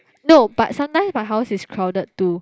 no but sometimes my house is crowded too